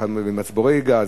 מצבורי גז.